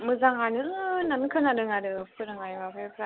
मोजाङानो होननानै खोनादों आरो फोरोंनाय माबाफ्रा